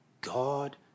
God